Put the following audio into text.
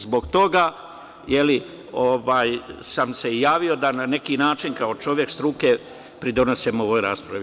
Zbog toga sam se i javio da na neki način, kao čovek struke, pridonesem ovoj raspravi.